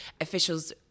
Officials